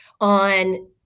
on